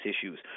issues